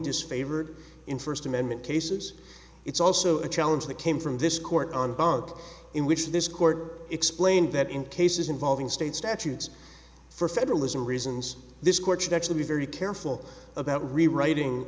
disfavored in first amendment cases it's also a challenge that came from this court on the bug in which this court explained that in cases involving state statutes for federalism reasons this court should actually be very careful about